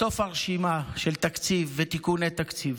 בסוף הרשימה של תקציב ותיקוני תקציב.